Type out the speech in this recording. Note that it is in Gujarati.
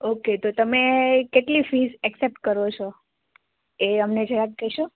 ઓકે તો તમે કેટલી ફીસ એકસેપ્ટ કરો છો એ અમને જરાક કહેશો